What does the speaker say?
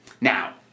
Now